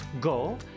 Go